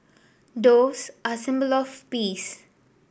doves are a symbol of peace